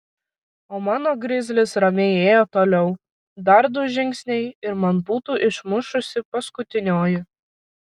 o mano grizlis ramiai ėjo toliau dar du žingsniai ir man būtų išmušusi paskutinioji